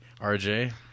rj